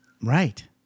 Right